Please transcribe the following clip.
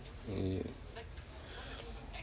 ya